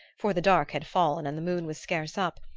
for the dark had fallen and the moon was scarce up,